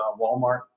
Walmart